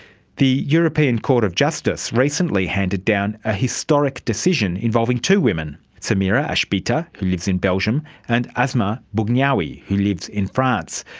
the european court of justice recently handed down a historic decision involving two women, samira achbita who lives in belgium, and asma bougnaoui, who lives in france.